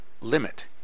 limit